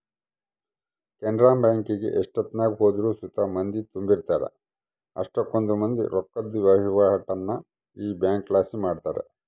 ಕೆನರಾ ಬ್ಯಾಂಕಿಗೆ ಎಷ್ಟೆತ್ನಾಗ ಹೋದ್ರು ಸುತ ಮಂದಿ ತುಂಬಿರ್ತಾರ, ಅಷ್ಟಕೊಂದ್ ಮಂದಿ ರೊಕ್ಕುದ್ ವಹಿವಾಟನ್ನ ಈ ಬ್ಯಂಕ್ಲಾಸಿ ಮಾಡ್ತಾರ